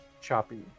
Choppy